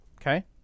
okay